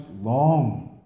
long